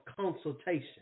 consultation